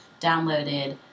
downloaded